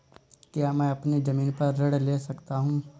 क्या मैं अपनी ज़मीन पर ऋण ले सकता हूँ?